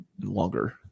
longer